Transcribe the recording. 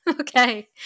Okay